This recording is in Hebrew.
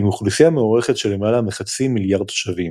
עם אוכלוסייה מוערכת של למעלה מחצי מיליארד תושבים.